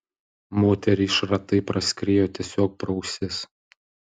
moteriai šratai praskriejo tiesiog pro ausis